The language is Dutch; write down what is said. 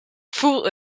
voel